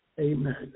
Amen